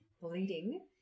bleeding